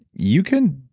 you can,